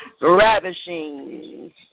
ravishing